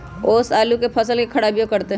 ओस आलू के फसल के खराबियों करतै?